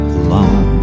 alone